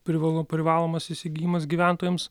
privalu privalomas įsigijimas gyventojams